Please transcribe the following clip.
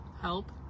help